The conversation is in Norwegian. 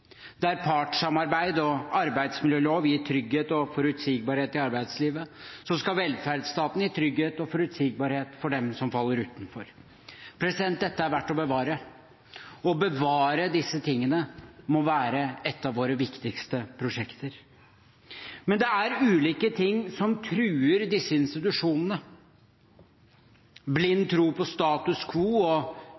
Der partssamarbeid og arbeidsmiljølov gir trygghet og forutsigbarhet i arbeidslivet, skal velferdsstaten gi trygghet og forutsigbarhet for dem som faller utenfor. Dette er verd å bevare. Å bevare disse tingene må være et av våre viktigste prosjekter. Men det er ulike ting som truer disse institusjonene. Blind